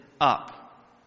up